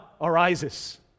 arises